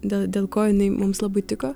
dėl dėl ko jinai mums labai tiko